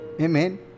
Amen